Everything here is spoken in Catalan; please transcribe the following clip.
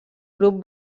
grup